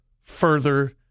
further